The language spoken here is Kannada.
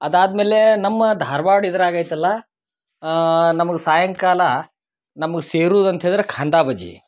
ಅದಾದ್ಮೇಲೆ ನಮ್ಮ ಧಾರವಾಡ ಇದ್ರಾಗ ಐತಲ್ಲ ನಮ್ಗ್ ಸಾಯಂಕಾಲ ನಮ್ಗ್ ಸೇರುದಂತ ಹೇಳ್ದ್ರ ಖಾಂದ ಬಜ್ಜಿ